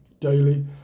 daily